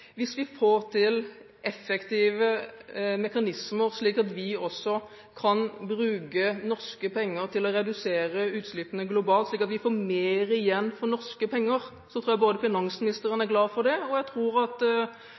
Hvis vi får til effektive mekanismer, slik at vi også kan bruke norske penger til å redusere utslippene globalt, slik at vi får mer igjen for norske penger, tror jeg både finansministeren og